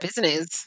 business